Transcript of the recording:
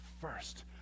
first